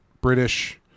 British